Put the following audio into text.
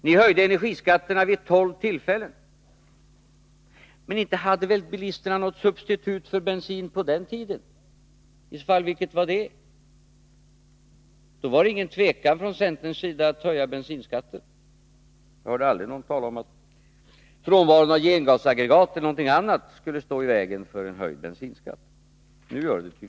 Ni höjde energiskatterna vid tolv tillfällen. Inte hade väl bilisterna något substitut för bensin på den tiden — i så fall, vilket var det? Då var det ingen tvekan från centerns sida att höja bensinskatten. Jag hörde aldrig någon tala om att frånvaron av gengasaggregat eller någonting annat skulle stå i vägen för en höjd bensinskatt, men nu gör det tydligen det.